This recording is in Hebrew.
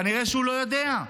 כנראה שהוא לא יודע.